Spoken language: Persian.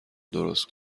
درست